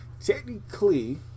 technically